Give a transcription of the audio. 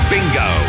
Bingo